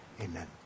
amen